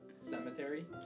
cemetery